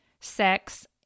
sex